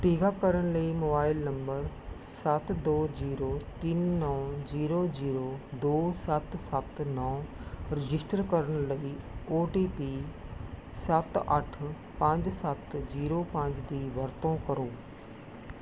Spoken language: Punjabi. ਟੀਕਾਕਰਨ ਲਈ ਮੋਬਾਇਲ ਨੰਬਰ ਸੱਤ ਦੋ ਜੀਰੋ ਤਿੰਨ ਨੌਂ ਜੀਰੋ ਜੀਰੋ ਦੋ ਸੱਤ ਸੱਤ ਨੌਂ ਰਜਿਸਟਰ ਕਰਨ ਲਈ ਓ ਟੀ ਪੀ ਸੱਤ ਅੱਠ ਪੰਜ ਸੱਤ ਜੀਰੋ ਪੰਜ ਦੀ ਵਰਤੋਂ ਕਰੋ